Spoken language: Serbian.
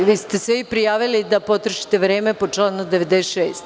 Da li ste se vi prijavili da potrošite vreme po članu 96?